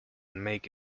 make